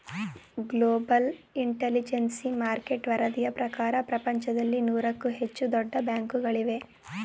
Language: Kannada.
ಗ್ಲೋಬಲ್ ಇಂಟಲಿಜೆನ್ಸಿ ಮಾರ್ಕೆಟ್ ವರದಿಯ ಪ್ರಕಾರ ಪ್ರಪಂಚದಲ್ಲಿ ನೂರಕ್ಕೂ ಹೆಚ್ಚು ದೊಡ್ಡ ಬ್ಯಾಂಕುಗಳಿವೆ